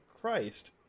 christ